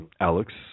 Alex